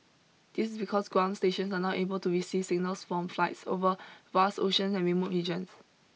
this is because ground stations are now able to receive signals from flights over vast oceans and remote regions